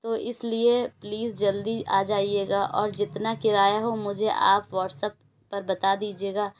تو اس لیے پلیز جلدی آ جائیے گا اور جتنا کرایہ ہو مجھے آپ واٹس ایپ پر بتا دیجیے گا